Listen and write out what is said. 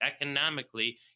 economically